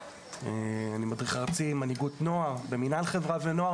אני מדריך ארצי למנהיגות נוער במינהל חברה ונוער.